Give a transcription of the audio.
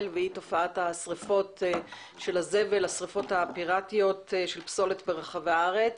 והיא תופעת השריפות הפירטיות של פסולת ברחבי הארץ.